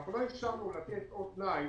אנחנו לא אפשרנו לתת עוד תנאי